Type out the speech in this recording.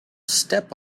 step